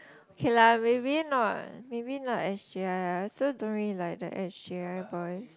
okay lah maybe not maybe not s_j_i I also don't really like the s_j_i boy